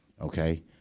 Okay